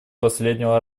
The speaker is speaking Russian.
последнего